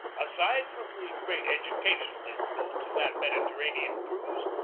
aside from the great educational influence of that mediterranean cruise,